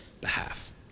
behalf